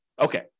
okay